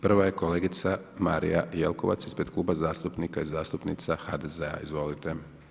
Prva je kolega Marija Jelkovac ispred Kluba zastupnika i zastupnica HDZ-a, izvolite.